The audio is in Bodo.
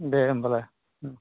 दे होमबालाय उम